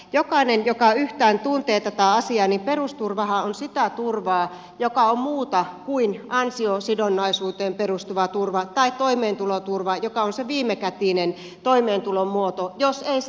jokainen joka yhtään tuntee tätä asiaa tietää että perusturvahan on sitä turvaa joka on muuta kuin ansiosidonnaisuuteen perustuvaa turvaa tai toimeentuloturvaa joka on se viimekätinen toimeentulomuoto jos ei saa perusturvaa